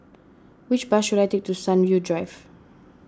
which bus should I take to Sunview Drive